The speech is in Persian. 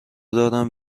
دارم